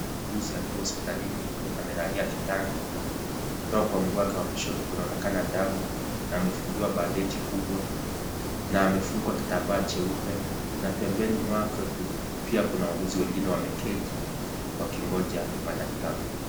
Muuguzi akiwa hospitalini amelalia kitanda ,kutoka mguu wake wa kushoto kunaonekana damu na amefungiwa bandeji kubwa na amefungwa kitambaa cheupe na pembeni mwake pia kuna wauguzi wengine wameketi wakingoja madaktari.